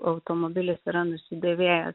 automobilis yra nusidėvėjęs